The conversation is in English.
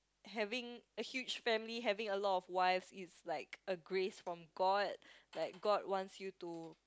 having a huge family having a lot of wives is like a grace from god like god wants you to